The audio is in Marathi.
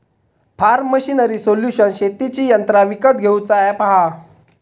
फॉर्म मशीनरी सोल्यूशन शेतीची यंत्रा विकत घेऊचा अॅप हा